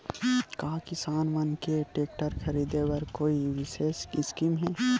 का किसान मन के टेक्टर ख़रीदे बर कोई विशेष स्कीम हे?